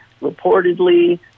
reportedly